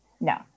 No